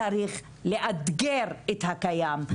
צריך לאתגר את הקיים,